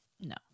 No